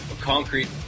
concrete